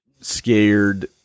scared